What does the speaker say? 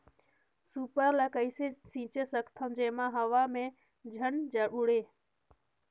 Super ल कइसे छीचे सकथन जेमा हवा मे झन उड़े?